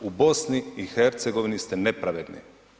U BiH ste nepravedni.